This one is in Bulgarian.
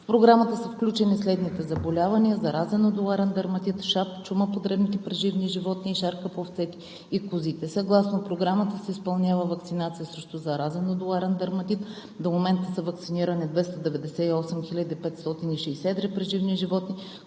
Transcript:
В Програмата са включени следните заболявания: зараза на нодуларен дерматит, шап, чума по дребните преживни животни и шарка по овцете и козите. Съгласно Програмата се изпълнява ваксинация срещу заразен нодуларен дерматит. До момента са ваксинирани 298 560 едри преживни животни,